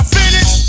finish